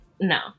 No